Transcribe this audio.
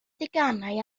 deganau